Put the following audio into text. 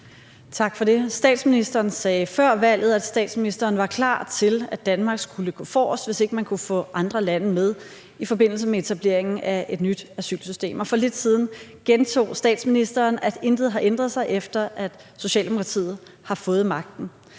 Tak for det. Statsministeren sagde før valget, at statsministeren var klar til, at Danmark skulle gå forrest, hvis man ikke kunne få andre lande med, i forbindelse med etablering af et nyt asylsystem, og for lidt siden gentog statsministeren, at intet har ændret sig, efter at Socialdemokratiet har fået magten.